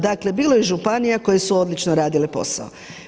Dakle, bilo je i županija koje su odlično radile posao.